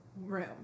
room